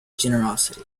generosity